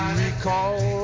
recall